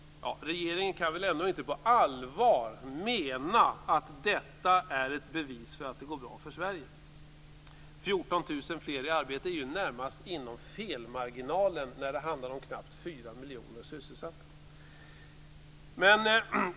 Regeringen kan väl ändå inte på allvar mena att detta är ett bevis för att det går bra för Sverige. 14 000 fler i arbete ligger närmast inom felmarginalen när det handlar om knappt 4 miljoner sysselsatta.